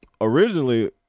originally